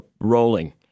rolling